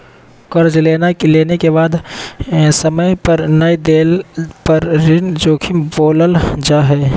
कर्जा लेला के बाद समय पर नय देला पर ही ऋण जोखिम बोलल जा हइ